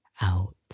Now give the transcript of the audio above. Out